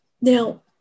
Now